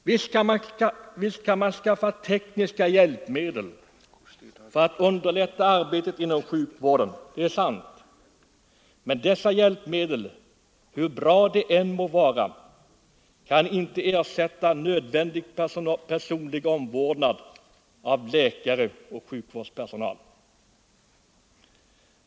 Visst kan man skaffa tekniska hjälpmedel för att underlätta arbetet inom sjukvården. Det är sant! Men dessa hjälpmedel — hur bra de än må vara — kan inte ersätta nödvändig personlig omvårdnad av läkare och annan sjukvårdspersonal.